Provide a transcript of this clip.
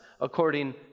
according